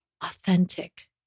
authentic